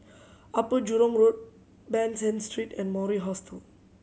Upper Jurong Road Ban San Street and Mori Hostel